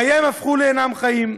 חייהם הפכו, אינם חיים.